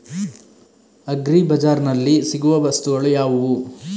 Agri ಬಜಾರ್ನಲ್ಲಿ ಸಿಗುವ ವಸ್ತುಗಳು ಯಾವುವು?